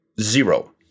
zero